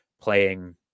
playing